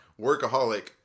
workaholic